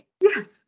yes